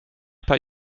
paar